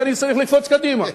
ואני צריך לקפוץ קדימה.